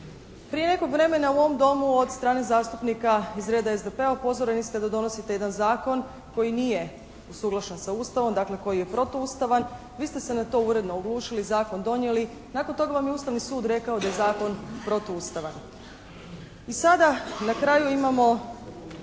Prije nekog vremena u ovom domu od strane zastupnika iz reda SDP-a upozoreni ste da donosite jedan zakon koji nije usuglašen sa Ustavom, dakle koji je protuustavan. Vi ste se na to uredno oglušili, zakon donijeli. Nakon toga vam je Ustavni sud rekao da je zakon protuustavan. I sada, na kraju imamo